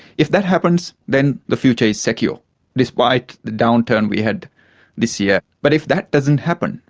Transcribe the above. if that happens, then the future is secure despite the downturn we had this year. but if that doesn't happen,